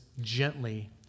gently